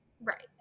Right